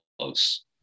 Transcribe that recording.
close